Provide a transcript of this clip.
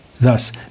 Thus